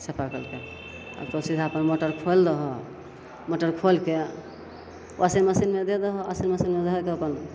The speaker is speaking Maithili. चापाकलके आब तऽ सीधा अपन मोटर खोलि दहो मोटर खोलिके वाशिन्ग मशीनमे दै दहो वाशिन्ग मशीनमे धैके अपन